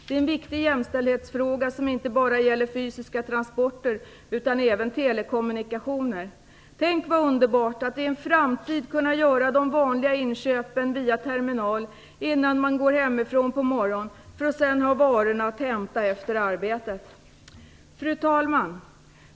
Det är en viktig jämställdhetsfråga som inte bara gäller fysiska transporter utan även telekommunikationer. Tänk vad underbart att i en framtid kunna göra de vardagliga inköpen via terminal innan man går hemifrån på morgonen, för att sedan ha varor att hämta efter arbetet. Fru talman!